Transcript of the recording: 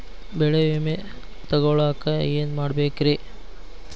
ಬೆಳೆ ವಿಮೆ ತಗೊಳಾಕ ಏನ್ ಮಾಡಬೇಕ್ರೇ?